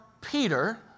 Peter